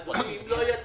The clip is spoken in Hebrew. אם לא יהיה תקציב,